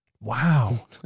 Wow